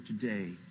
today